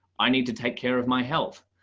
i need to take care of my health.